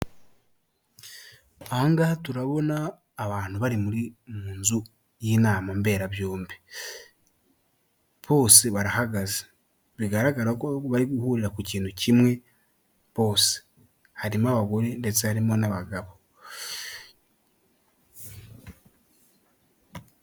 Ahangaha turabona abantu bari mu nzu y'inama mberabyombi, bose barahagaze bigaragara ko bari guhurira ku kintu kimwe bose, harimo abagore ndetse harimo n'abagabo.